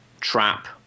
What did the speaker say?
trap